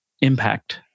impact